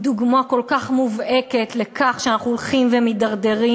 הוא דוגמה כל כך מובהקת לכך שאנחנו הולכים ומידרדרים.